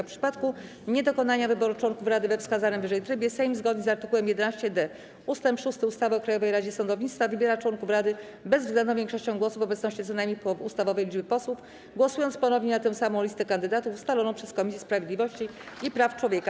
W przypadku niedokonania wyboru członków rady we wskazanym wyżej trybie Sejm, zgodnie z art. 11d ust. 6 ustawy o Krajowej Radzie Sądownictwa, wybiera członków rady bezwzględną większością głosów w obecności co najmniej połowy ustawowej liczby posłów, głosując ponownie na tę samą listę kandydatów ustaloną przez Komisję Sprawiedliwości i Praw Człowieka.